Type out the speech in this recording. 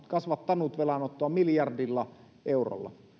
kasvattanut velanottoa miljardilla eurolla